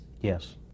yes